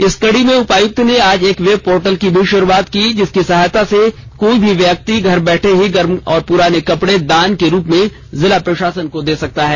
इसी कड़ी में उपायुक्त ने आज एक वेबपोर्टल की भी श्रुआत की जिसकी सहायता से कोई भी व्यक्ति घर बैठे ही गर्म और पुराने कपड़े दान के रूप में जिला प्रशासन को दे सकता है